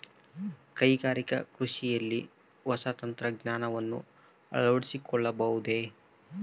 ಕೈಗಾರಿಕಾ ಕೃಷಿಯಲ್ಲಿ ಹೊಸ ತಂತ್ರಜ್ಞಾನವನ್ನ ಅಳವಡಿಸಿಕೊಳ್ಳಬಹುದೇ?